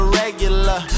regular